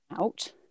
out